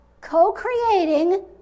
co-creating